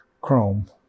chrome